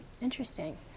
Interesting